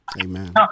Amen